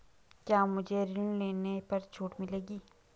क्या मुझे ऋण लेने पर छूट मिलेगी?